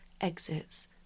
exits